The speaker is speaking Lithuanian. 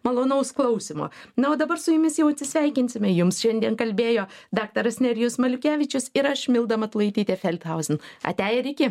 malonaus klausymo na o dabar su jumis jau atsisveikinsime jums šiandien kalbėjo daktaras nerijus maliukevičius ir aš milda matulaitytė feldhausen ate ir iki